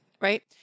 right